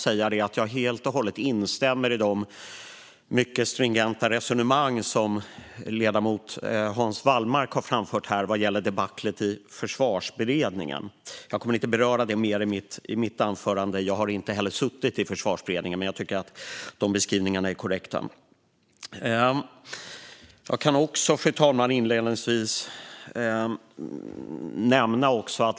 Jag instämmer helt och hållet i de mycket stringenta resonemang som ledamoten Hans Wallmark har framfört här vad gäller debaclet i Försvarsberedningen. Jag kommer inte att beröra det mer i mitt anförande. Jag har inte heller suttit i Försvarsberedningen. Men jag tycker att beskrivningarna är korrekta. Fru talman!